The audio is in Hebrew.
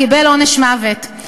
קיבל עונש מוות.